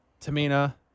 Tamina